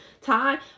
time